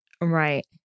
Right